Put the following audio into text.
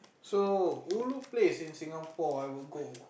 so ulu place in Singapore I would go